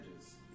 edges